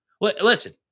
Listen